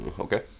Okay